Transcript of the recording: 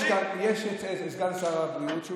יש סגן שר הבריאות,